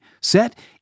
set